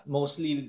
Mostly